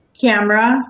camera